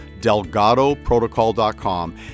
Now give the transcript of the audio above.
DelgadoProtocol.com